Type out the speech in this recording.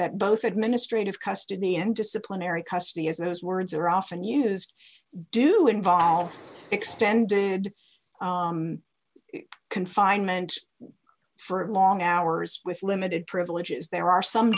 that both administrative custody and disciplinary custody as those words are often used do involve extended confinement for long hours with limited privileges there are some